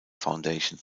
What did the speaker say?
foundation